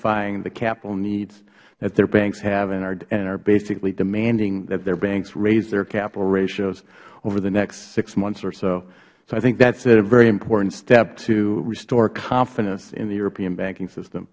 ying the capital needs that their banks have and are basically demanding that their banks raise their capital ratios over the next six months or so so i think that is a very important step to restore confidence in the european banking system